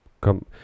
come